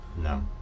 No